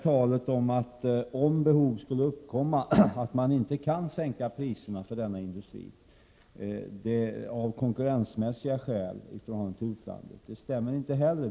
Talet om att man om behov skulle uppkomma inte kan sänka priserna för denna industri på grund av konkurrens från utlandet stämmer inte heller.